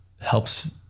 helps